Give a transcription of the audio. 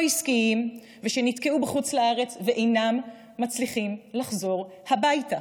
או עסקיים ושנתקעו בחוץ לארץ ואינם מצליחים לחזור הביתה,